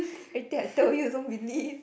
everytime I tell you also don't believe